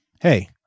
Hey